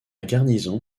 garnison